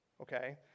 Okay